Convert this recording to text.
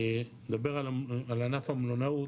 נדבר על ענף המלונאות.